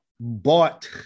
bought